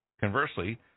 Conversely